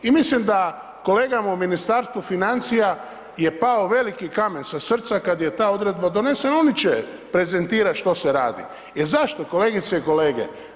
I mislim da kolegama u Ministarstvu financija je pao veliki kamen sa srca kad je ta odredba donesena, oni će prezetirat što se radi, jer za što, kolegice i kolege?